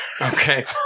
Okay